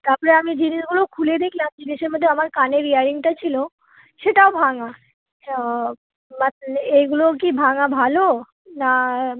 তারপরে আমি জিনিসগুলো খুলে দেখলাম জিনিসের মধ্যে আমার কানের ইয়ারিংটা ছিলো সেটাও ভাঙ্গা তা পার্সেলে এইগুলোও কি ভাঙ্গা ভালো না মা মানে আমি আর কি আরো অর্ডার করতে পারবো না কি কমপ্লেন করে দেবো